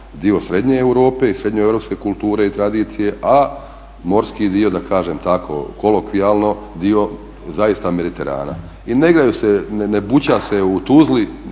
dio srednje Europe i srednjoeuropske kulture i tradicije, a morski dio, da kažem tako kolokvijalno, dio zaista Mediterana. I ne igraju se,